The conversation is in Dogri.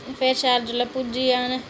फिर शैल जेल्लै भुज्जी जान